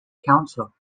council